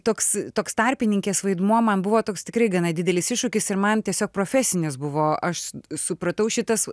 toks toks tarpininkės vaidmuo man buvo toks tikrai gana didelis iššūkis ir man tiesiog profesinis buvo aš supratau šitas